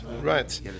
Right